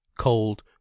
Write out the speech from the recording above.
cold